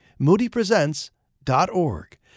moodypresents.org